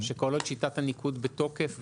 כל עוד שיטת הניגוד בתוקף,